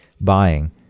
buying